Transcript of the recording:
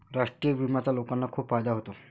राष्ट्रीय विम्याचा लोकांना खूप फायदा होतो